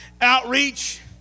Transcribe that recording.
outreach